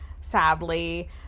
sadly